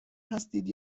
هستید